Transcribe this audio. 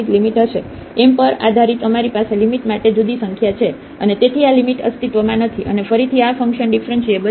એમ પર આધારીત અમારી પાસે લિમિટ માટે જુદી સંખ્યા છે અને તેથી આ લિમિટ અસ્તિત્વમાં નથી અને ફરીથી આ ફંકશન ડીફરન્શીએબલ નથી